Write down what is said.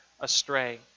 astray